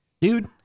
Dude